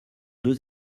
deux